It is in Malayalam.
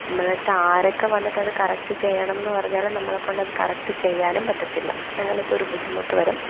നമ്മളെ എടുത്ത് ആരൊക്കെ വന്നിട്ട് അത് കറക്റ്റ് ചെയ്യണം എന്ന് പറഞ്ഞാലും നമ്മളെ കൊണ്ട് അത് കറക്റ്റ് ചെയ്യാനും പറ്റത്തില്ല അങ്ങനത്തെ ഒരു ബുദ്ധിമുട്ട് വരും